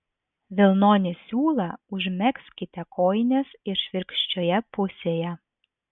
vilnonį siūlą užmegzkite kojinės išvirkščioje pusėje